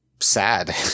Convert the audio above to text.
Sad